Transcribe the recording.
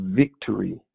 victory